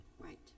Right